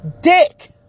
Dick